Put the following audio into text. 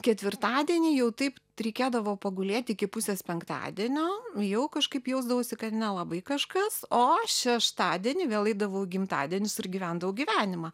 ketvirtadienį jau taip reikėdavo pagulėt iki pusės penktadienio jau kažkaip jausdavausi kad nelabai kažkas o šeštadienį vėl eidavau į gimtadienius ir gyvendavau gyvenimą